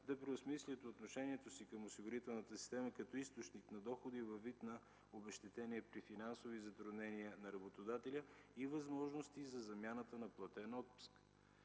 да преосмислят отношението си към осигурителната система като източник на доходи във вид на обезщетение при финансови затруднения на работодателя и възможности за замяната на платен отпуск.